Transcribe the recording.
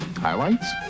highlights